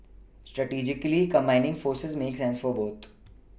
strategically combining forces makes sense for boot